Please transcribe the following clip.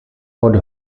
pod